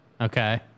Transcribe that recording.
okay